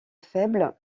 faible